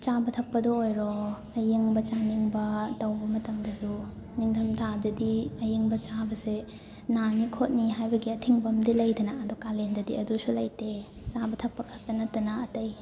ꯆꯥꯕ ꯊꯛꯄꯗ ꯑꯣꯏꯔꯣ ꯑꯌꯤꯡꯕ ꯆꯥꯅꯤꯡꯕ ꯇꯧꯕ ꯃꯇꯝꯗꯁꯨ ꯅꯤꯡꯗꯝꯊꯥꯗꯗꯤ ꯑꯌꯤꯡꯕ ꯆꯥꯕꯁꯦ ꯅꯥꯅꯤ ꯈꯣꯠꯅꯤ ꯍꯥꯏꯕꯒꯤ ꯑꯊꯤꯡꯕ ꯑꯃꯗꯤ ꯂꯩꯗꯅ ꯑꯗꯣ ꯀꯂꯦꯟꯗꯗꯤ ꯑꯗꯨꯁꯨ ꯂꯩꯇꯦ ꯆꯥꯕ ꯊꯛꯄ ꯈꯛꯇ ꯅꯠꯇꯅ ꯑꯇꯩ